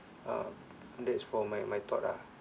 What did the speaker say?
uh that's for my my thought ah